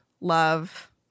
love